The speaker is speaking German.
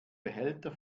behälter